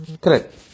Correct